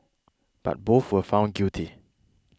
but both were found guilty